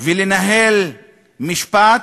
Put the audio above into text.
ולנהל משפט,